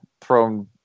thrown